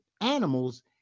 animals